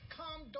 come